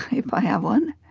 if i have one,